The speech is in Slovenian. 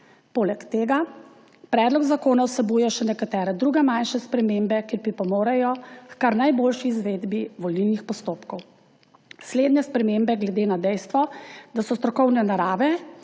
Poleg tega Predlog zakona vsebuje še nekatere druge manjše spremembe, ki pripomorejo h kar najboljši izvedbi volilnih postopkov. Slednje spremembe glede na dejstvo, da so strokovne narave